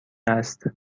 است